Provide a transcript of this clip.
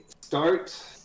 start